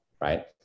right